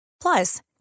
Plus